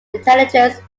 intelligence